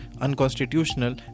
unconstitutional